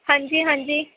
ਹਾਂਜੀ ਹਾਂਜੀ